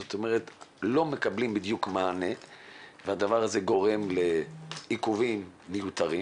זאת אומרת לא מקבלים בדיוק מענה והדבר הזה גורם לעיכובים מיותרים,